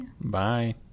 Bye